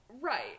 Right